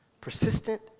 persistent